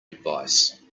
advice